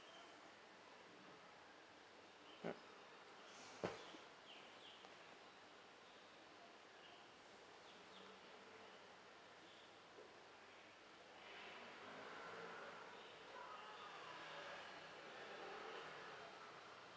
mm